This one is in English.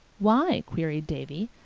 why? queried davy,